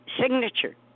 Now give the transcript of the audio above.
signature